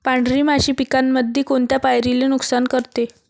पांढरी माशी पिकामंदी कोनत्या पायरीले नुकसान करते?